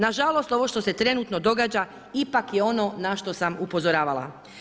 Nažalost ovo što se trenutno događa ipak je ono na što sam upozoravala.